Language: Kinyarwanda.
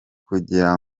kugira